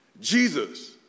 Jesus